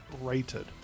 Rated